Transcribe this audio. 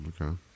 Okay